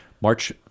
March